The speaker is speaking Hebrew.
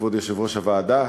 כבוד יושב-ראש הוועדה,